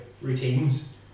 routines